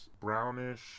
brownish